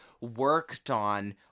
worked-on